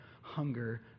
hunger